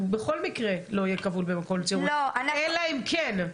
הוא בכל מקרה לא יהיה כבול במקום ציבורי אלא אם כן.